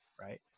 right